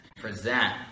present